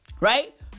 right